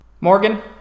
Morgan